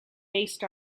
based